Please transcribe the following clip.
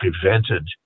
prevented